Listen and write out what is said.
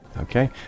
Okay